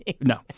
No